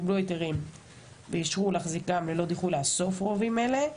קיבלו היתרים ואישור להחזיקם לאסוף רובים אלה.